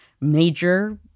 major